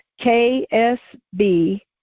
K-S-B